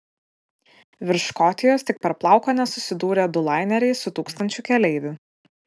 virš škotijos tik per plauką nesusidūrė du laineriai su tūkstančiu keleivių